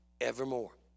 evermore